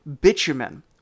bitumen